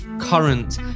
current